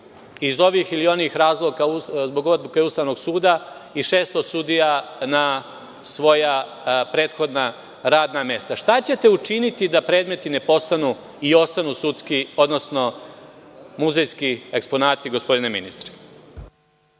iz ovih ili onih razloga, odluke Ustavnog suda i 600 sudija na svoja prethodna radna mesta. Šta ćete učiniti da predmeti ne postanu i ostanu muzejski eksponati, gospodine ministre?